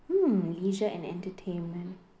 hmm leisure and entertainment